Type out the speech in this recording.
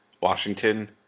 Washington